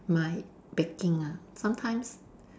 my baking ah sometimes